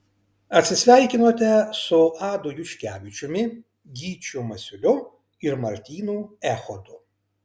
atsisveikinote su adu juškevičiumi gyčiu masiuliu ir martynu echodu